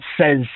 says